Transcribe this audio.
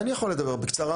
אז אני יכול לדבר בקצרה.